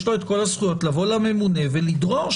יש לו את כל הזכויות לבוא לממונה ולדרוש